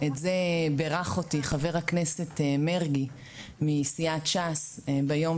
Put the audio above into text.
את זה בירך אותי ח"כ מרגי מסיעת ש"ס ביום